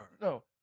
no